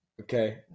Okay